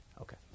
okay